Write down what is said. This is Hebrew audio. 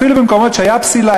אפילו במקומות שהייתה פסילה,